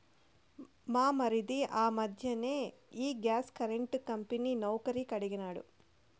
మా మరిది ఆ మధ్దెన ఈ గ్యాస్ కరెంటు కంపెనీ నౌకరీ కడిగినాడు